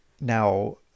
Now